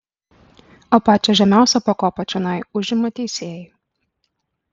o pačią žemiausią pakopą čionai užima teisėjai